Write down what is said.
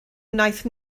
wnaeth